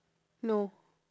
no